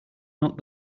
not